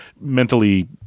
mentally